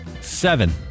Seven